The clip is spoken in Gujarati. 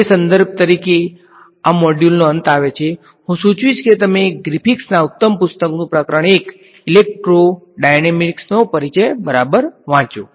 તે સંદર્ભ તરીકે આ મોડ્યુલનો અંત આવે છે હું સૂચવીશ કે તમે ગ્રિફિથ્સના ઉત્તમ પુસ્તક નુ પ્રકરણ ૧ ઈન્ટ્રોઇલેક્ટ્રોડાયનેમિક્સનો પરિચય ને બરાબર વાંચો